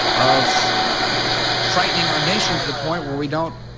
of frightening our nation to the point where we don't